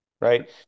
right